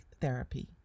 therapy